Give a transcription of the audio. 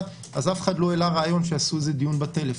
אז אף אחד לא העלה רעיון שיעשו דיון בטלפון.